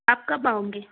आप कब आओगे